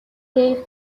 gave